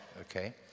okay